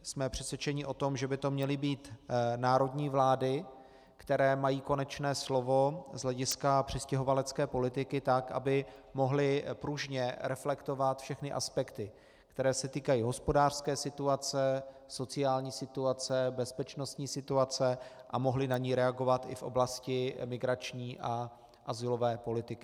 Jsme přesvědčeni o tom, že by to měly být národní vlády, které mají konečné slovo z hlediska přistěhovalecké politiky, tak aby mohly pružně reflektovat všechny aspekty, které se týkají hospodářské situace, sociální situace, bezpečnostní situace, a mohly na ni reagovat i v oblasti emigrační a azylové politiky.